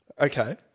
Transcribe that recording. Okay